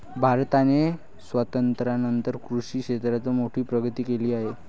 भारताने स्वातंत्र्यानंतर कृषी क्षेत्रात मोठी प्रगती केली आहे